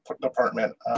department